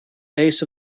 base